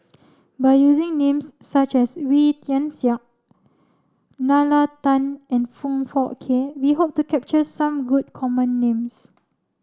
by using names such as Wee Tian Siak Nalla Tan and Foong Fook Kay we hope to capture some good common names